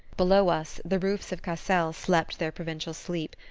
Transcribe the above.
below us, the roofs of cassel slept their provincial sleep,